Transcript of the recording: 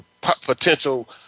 potential